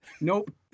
Nope